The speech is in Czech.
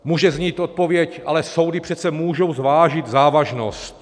Může znít odpověď: ale soudy přece můžou zvážit závažnost.